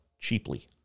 cheaply